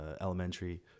elementary